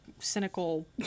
Cynical